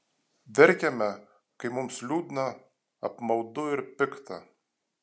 verkiame kai mums liūdna apmaudu ir pikta